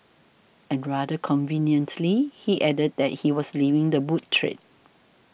and rather conveniently he added that he was leaving the book trade